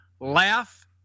laugh